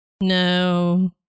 No